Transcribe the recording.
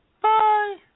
Bye